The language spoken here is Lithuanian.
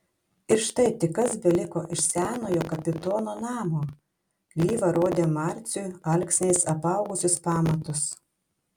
ir štai tik kas beliko iš senojo kapitono namo lyva rodė marciui alksniais apaugusius pamatus